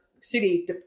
City